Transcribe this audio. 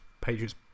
Patriots